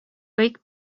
kõik